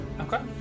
Okay